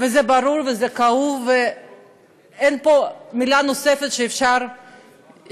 וזה ברור וזה כאוב ואין פה מילה נוספת שהיא מיותרת.